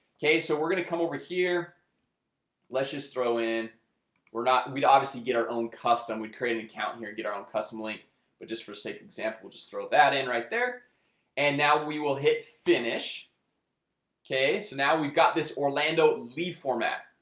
okay, so we're gonna come over here let's just throw in we're not we'd obviously get our own custom we create an accountant here to get our own custom link but just for sake example just throw that in right there and now we will hit finish okay, so now we've got this orlando lead format.